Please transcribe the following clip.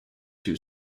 two